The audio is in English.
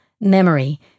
memory